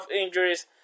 injuries